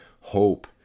hope